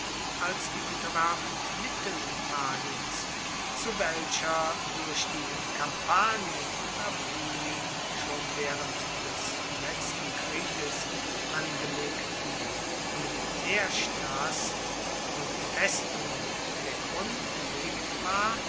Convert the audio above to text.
als die unterwerfung mittelitaliens zu welcher durch die in kampanien und apulien schon waehrend des letzten krieges angelegten militaerstrassen und festungen der grund gelegt war